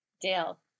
dale